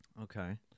Okay